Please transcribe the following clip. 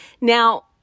Now